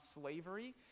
slavery